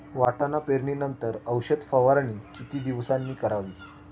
वाटाणा पेरणी नंतर औषध फवारणी किती दिवसांनी करावी?